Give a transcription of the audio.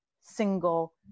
single